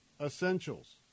essentials